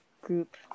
group